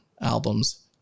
albums